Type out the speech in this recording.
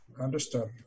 Understood